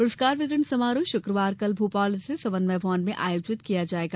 पुरस्कार वितरण समारोह शुक्रवार कल भोपाल स्थित समन्वय भवन में आयोजित किया जायेगा